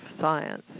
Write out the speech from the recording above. science